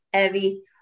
Evie